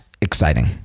exciting